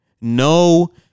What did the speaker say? No